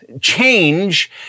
change